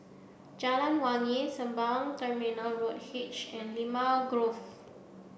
Jalan Wangi Sembawang Terminal Road H and Limau Grove